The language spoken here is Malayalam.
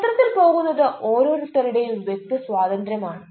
ക്ഷേത്രത്തിൽ പോകുന്നത് ഓരോരുത്തരുടെയും വ്യക്തി സ്വാതന്ത്ര്യം ആണ്